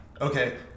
okay